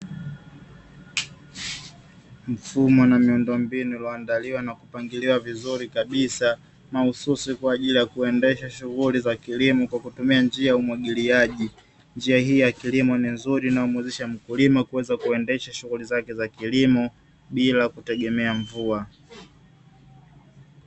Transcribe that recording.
Mfumo na miundombinu iliyoandaliwa na kupangiliwa vizuri kabisa mahususi kwa ajili ya kuendesha shughuli za kilimo kwa kutumia njia ya umwagiliaji. Njia hii ya kilimo ni nzuri inayomwezesha mkulima kuweza kuendesha shughuli zake za kilimo bila kutegemea mvua.